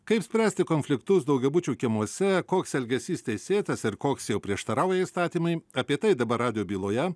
kaip spręsti konfliktus daugiabučių kiemuose koks elgesys teisėtas ir koks jau prieštarauja įstatymui apie tai dabar radijo byloje